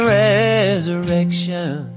resurrection